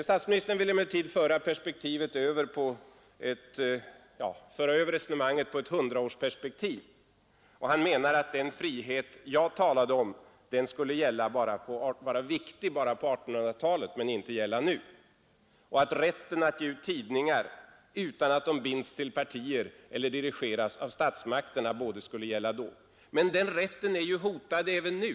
Statsministern ville emellertid föra över resonemanget på ett hundraårsperspektiv och menade att den frihet jag talade om var viktig på 1800-talet, då man ville ge ut tidningar som inte var bundna till partier eller dirigerades av statsmakterna. Men den rätten är ju hotad även nu!